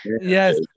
yes